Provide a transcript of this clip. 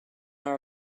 our